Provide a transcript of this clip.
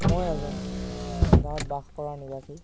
মই এজন গাঁৱত বাস কৰা নিবাসী